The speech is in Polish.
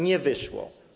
Nie wyszło.